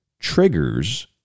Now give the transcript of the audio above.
Triggers